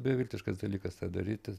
beviltiškas dalykas tą daryti